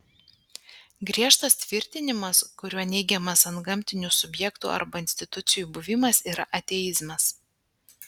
griežtas tvirtinimas kuriuo neigiamas antgamtinių subjektų arba institucijų buvimas yra ateizmas